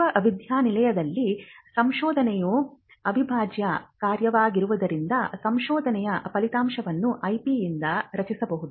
ವಿಶ್ವವಿದ್ಯಾನಿಲಯದಲ್ಲಿ ಸಂಶೋಧನೆಯು ಅವಿಭಾಜ್ಯ ಕಾರ್ಯವಾಗಿರುವುದರಿಂದ ಸಂಶೋಧನೆಯ ಫಲಿತಾಂಶವನ್ನು ಐಪಿಯಿಂದ ರಕ್ಷಿಸಬಹುದು